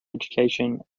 education